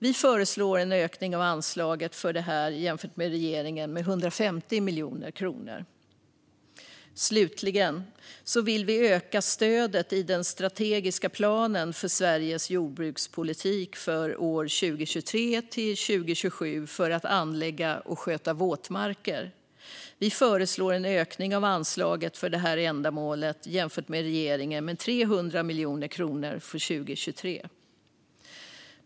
Vi föreslår en ökning av anslaget för det här med 150 miljoner kronor jämfört med regeringen. Slutligen vill vi öka stödet i den strategiska planen för Sveriges jordbrukspolitik för 2023-2027 för att anlägga och sköta våtmarker. Vi föreslår en ökning av anslaget för detta ändamål med 300 miljoner kronor för 2023 jämfört med regeringen.